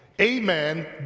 amen